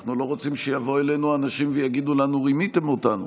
אנחנו לא רוצים שיבואו אלינו אנשים ויגידו לנו: רימיתם אותנו.